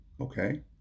Okay